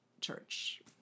church